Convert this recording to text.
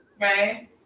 Right